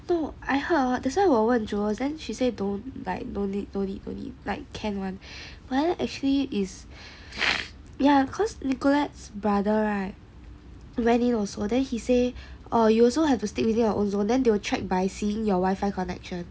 no I heard hor that's why 我问 jewels she say don't need don't need like can [one] but then actually is ya cause nicole's brother right went in also then he say oh you also have to stay in your own zone then they will track by seeing your wifi connection